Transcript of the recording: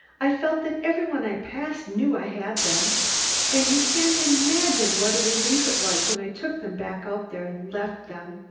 i felt that every one i passed knew i had them and you can't imagine what a relief it was when i took them back out there and left them.